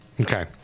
Okay